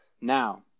Now